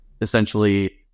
essentially